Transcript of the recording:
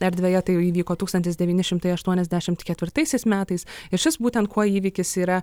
erdvėje tai vyko tūkstantis devyni šimtai aštuoniasdešimt ketvirtaisiais metais ir šis būtent kuo įvykis yra